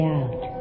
out